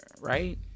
right